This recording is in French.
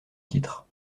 titre